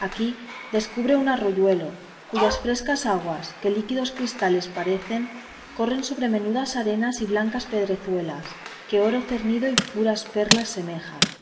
aquí descubre un arroyuelo cuyas frescas aguas que líquidos cristales parecen corren sobre menudas arenas y blancas pedrezuelas que oro cernido y puras perlas semejan